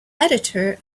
editor